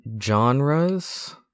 Genres